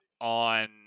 on